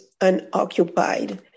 unoccupied